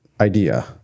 idea